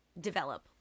develop